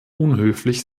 unhöflich